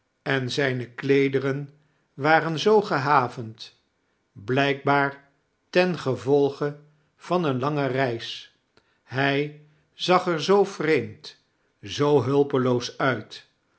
en zijne kleederen waren zoo gehavend blijkbaar tengevolge van eene lange reis hij zag er zoo vreemd zoo hulpeloos uit